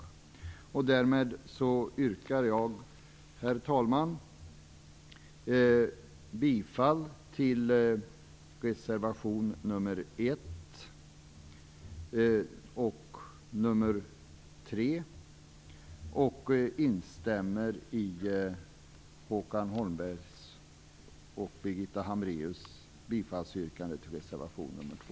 Herr talman! Därmed yrkar jag bifall till reservation nr 1 och reservation nr 3. Vidare instämmer jag i Håkan Holmbergs och Birgitta Hambraeus bifallsyrkande beträffande reservation nr 2.